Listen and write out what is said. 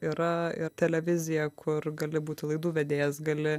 yra ir televizija kur gali būti laidų vedėjas gali